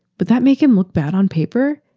but that make him look bad on paper?